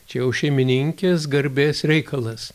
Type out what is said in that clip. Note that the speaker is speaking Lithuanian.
čia jau šeimininkės garbės reikalas